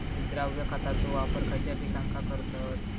विद्राव्य खताचो वापर खयच्या पिकांका करतत?